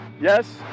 yes